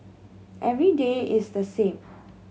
every day is the same